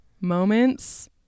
moments